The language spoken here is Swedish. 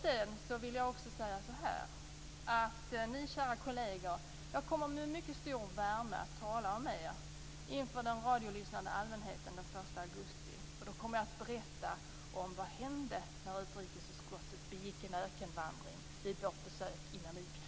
Sedan vill jag också säga så här: Ni kära kolleger, jag kommer med mycket stor värme att tala om er inför den radiolyssnande allmänheten den 1 augusti. Då kommer jag att berätta om vad som hände när utrikesutskottet begick en ökenvandring vid vårt besök i Namibia.